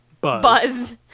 Buzz